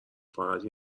فقط